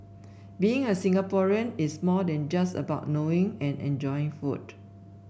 being a Singaporean is more than just about knowing and enjoying food